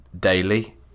daily